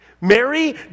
Mary